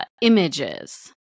images